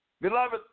Beloved